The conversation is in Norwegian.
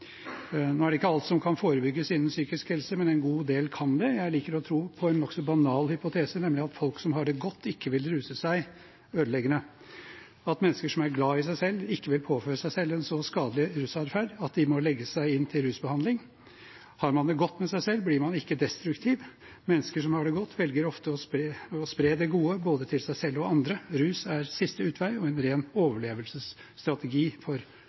Nå er det ikke alt som kan forebygges innen psykisk helse, men en god del kan det. Jeg liker å tro på en nokså banal hypotese, nemlig at folk som har det godt, ikke vil ruse seg ødeleggende, og at mennesker som er glad i seg selv, ikke vil påføre seg selv en så skadelig rusadferd at de må legge seg inn til rusbehandling. Har man det godt med seg selv, blir man ikke destruktiv. Mennesker som har det godt, velger ofte å spre det gode til både seg selv og andre. Rus er siste utvei og en ren overlevelsesstrategi for